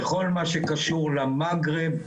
בכל מה שקשור למגרב,